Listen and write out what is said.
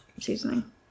seasoning